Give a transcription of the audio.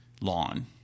lawn